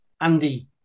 Andy